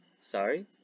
Sorry